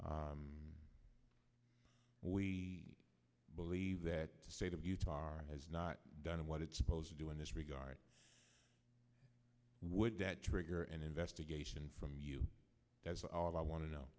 block we believe that the state of utah has not done what it's supposed to do in this regard would that trigger an investigation from you that's all i want to know